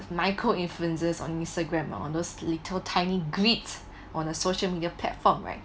micro influencers on Instagram on those little tiny grids on a social media platform right